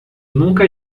nunca